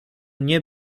nie